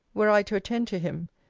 were i to attend to him,